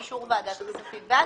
באישור ועדת הכספים.